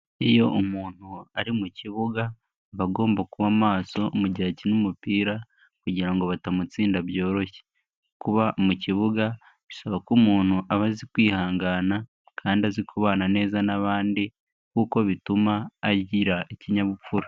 Iyo umuntu ari mu kibuga aba agomba kuba maso mu gihe akina umupira, kugira ngo batamutsinda byoroshye. Kuba mu kibuga bisaba ko umuntu aba azi kwihangana kandi azi kubana neza n'abandi, kuko bituma agira ikinyabupfura.